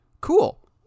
cool